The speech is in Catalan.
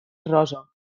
rosa